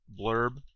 blurb